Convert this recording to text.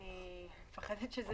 אני מפחדת שזה לא יקרה.